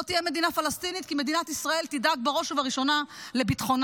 לא תהיה מדינה פלסטינית כי מדינת ישראל תדאג בראש ובראשונה לביטחונה,